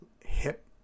hip